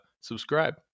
subscribe